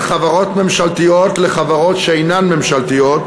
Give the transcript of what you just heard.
חברות ממשלתיות לחברות שאינן ממשלתיות,